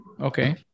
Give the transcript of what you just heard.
okay